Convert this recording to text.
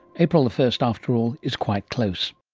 april first after all is quite close